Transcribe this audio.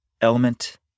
Element